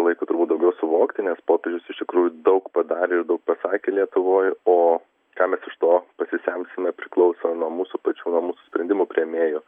laiko turbūt daugiau suvokti nes popiežius iš tikrųjų daug padarė ir daug pasakė lietuvoj o ką mes iš to pasisemsime priklauso nuo mūsų pačių nuo mūsų sprendimų priėmėjų